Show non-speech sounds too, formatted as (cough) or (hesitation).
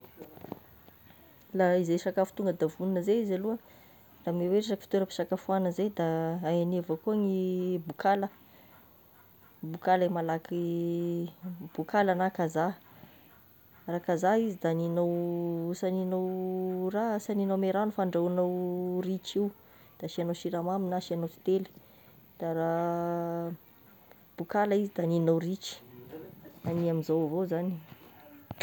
Laha izay sakafo tonga da vonona zay izy aloha, raha amin'ny hoe toeram-pisakafoagna zay, da aigny avao koa ny bokala, bokala i malaky (hesitation) bokala na kazaha, raha kazaha izy dia agnignao (hesitation) s'agnignao raha na s'agnignao ame rano fa andrahoignao ritra io de asignao siramamy na asignao tintely, de raha bokala izy de agnignao ritry, hanign amin'izao avao zagny.